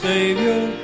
Savior